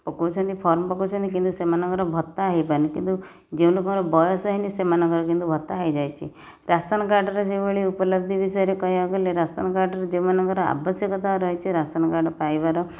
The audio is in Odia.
ପକୋଉଛନ୍ତି ଫର୍ମ ପକୋଉଛନ୍ତି କିନ୍ତୁ ସେମାନଙ୍କର ଭତ୍ତା ହୋଇପାରୁନି କିନ୍ତୁ ଯେଉଁ ଲୋକଙ୍କର ବୟସ ହୋଇନି ସେମାନଙ୍କର କିନ୍ତୁ ଭତ୍ତା ହୋଇଯାଇଛି ରାସନକାର୍ଡ଼ର ଯେଉଁଭଳି ଉପଲବ୍ଧି ବିଷୟରେ କହିବାକୁ ଗଲେ ରାସନ କାର୍ଡ଼ର ଯେଉଁମାନଙ୍କର ଆବଶ୍ୟକତା ରହିଛି ରାସନ କାର୍ଡ଼ ପାଇବାର